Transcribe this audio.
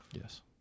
Yes